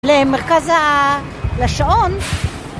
למרכז השעון